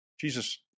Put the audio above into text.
Jesus